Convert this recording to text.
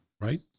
Right